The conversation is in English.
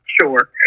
Sure